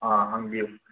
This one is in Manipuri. ꯑꯥ ꯍꯪꯕꯤꯌꯨ